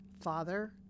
Father